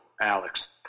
Alex